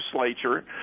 legislature